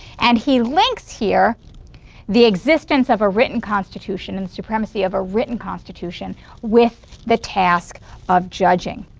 and he links here the existence of a written constitution and supremacy of a written constitution with the task of judging.